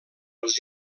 els